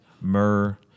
myrrh